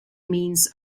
means